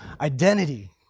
identity